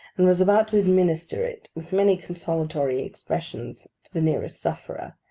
and was about to administer it with many consolatory expressions to the nearest sufferer,